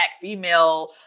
female